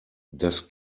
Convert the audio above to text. das